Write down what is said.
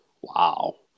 Wow